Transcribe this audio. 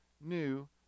new